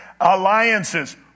alliances